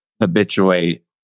habituate